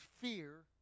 fear